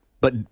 But-